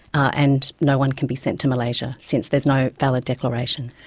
and no one can be sent to malaysia, since there's no valid declaration.